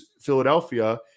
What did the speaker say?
Philadelphia